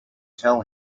tell